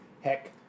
heck